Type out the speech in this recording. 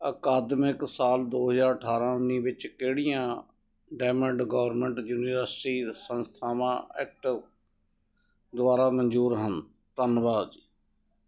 ਅਕਾਦਮਿਕ ਸਾਲ ਦੋ ਹਜਾਰ ਅਠਾਰਾਂ ਉੱਨੀ ਵਿੱਚ ਕਿਹੜੀਆਂ ਡਾਇਮੰਡ ਗੌਰਮੈਂਟ ਯੂਨੀਵਰਸਿਟੀ ਸੰਸਥਾਵਾਂ ਐਟਵ ਦੁਆਰਾ ਮਨਜ਼ੂਰ ਹਨ ਧੰਨਵਾਦ ਜੀ